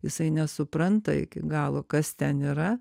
jisai nesupranta iki galo kas ten yra